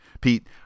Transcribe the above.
pete